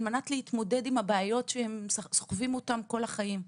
על מנת להתמודד עם הבעיות שהם סוחבים איתם כל החיים.